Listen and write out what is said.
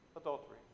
adultery